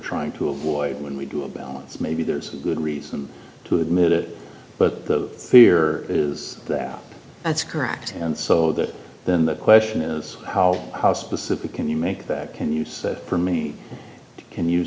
trying to avoid when we do a balance maybe there's a good reason to admit it but the fear is that that's correct and so that then the question is how how specific can you make that can you say for me can you